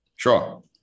Sure